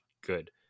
good